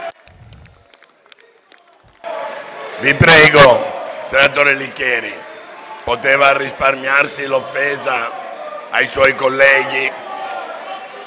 Senatore Ettore Licheri, poteva risparmiarsi l'offesa ai suoi colleghi: